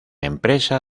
empresa